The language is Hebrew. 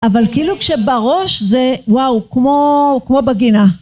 אבל כאילו כשבראש זה וואו כמו בגינה